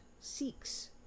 seeks